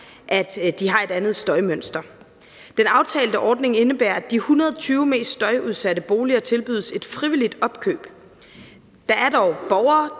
at de har et andet støjmønster. Den aftalte ordning indebærer, at de 120 mest støjudsatte boliger tilbydes et frivilligt opkøb. Der er dog borgere,